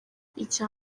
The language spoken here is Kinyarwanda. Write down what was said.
icya